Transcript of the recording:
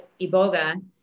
Iboga